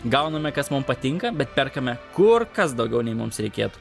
gauname kas mum patinka bet perkame kur kas daugiau nei mums reikėtų